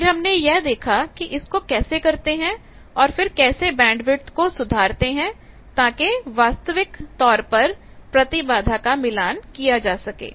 फिर हमने यह देखा कि इसको कैसे करते हैं और फिर कैसे बैंडविथ को सुधारते हैं ताकि वास्तविक में प्रतिबाधा का मिलान किया जा सके